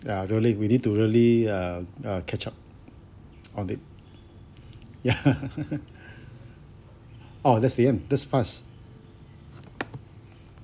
ya really we need to really uh uh catch up on it yeah orh that's the end that's fast